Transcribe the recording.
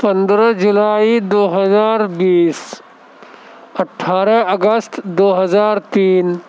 پندرہ جولائی دو ہزار بیس اٹھارہ اگست دو ہزار تین